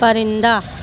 پرندہ